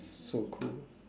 so cool